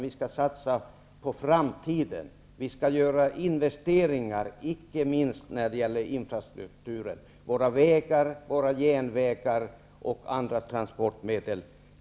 Vi skall satsa på framtiden och göra investeringar, icke minst när det gäller infrastrukturen: våra vägar, järnvägar och andra transportmedel.